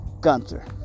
Gunther